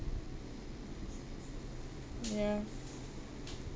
ya